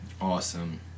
Awesome